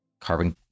carbon